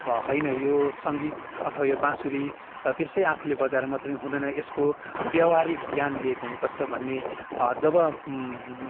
होइन यो सङ्गीत अथवा यो बाँसुरी त्यसै आफूले बजाएर मात्रै हुँदैन यसको व्यवहारिक ज्ञान लिएको हुनुपर्छ भन्ने जब